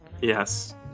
Yes